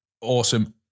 awesome